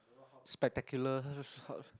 spectacular uh